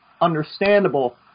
understandable